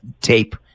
tape